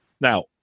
Now